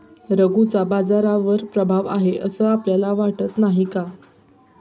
रघूचा बाजारावर प्रभाव आहे असं आपल्याला वाटत नाही का?